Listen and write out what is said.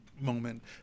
moment